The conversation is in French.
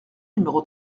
numéro